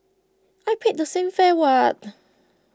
I paid the same fare what